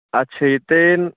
ਅੱਛਾ ਜੀ ਅਤੇ